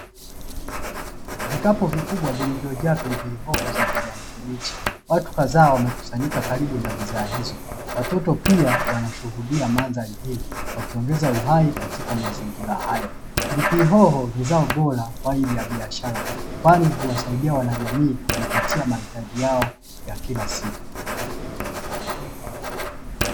vikapu vikubwa vilivyojaa pilipili hoho za kijani kibichi, watu kadhaa wamekusanyika karibu na bidhaa hizo watoto pia wanashuhudia mandhari wakiongeza uhai katika mazingira hayo. Pilipili hoho ni zao bora kwaajili ya biashara, kwani huwasaidia wanajamii kujipatia mahitaji yao ya kila siku.